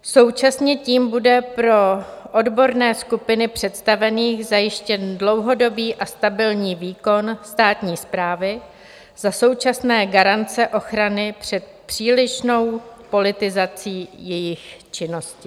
Současně tím bude pro odborné skupiny představených zajištěn dlouhodobý a stabilní výkon státní správy za současné garance ochrany před přílišnou politizací jejich činnosti.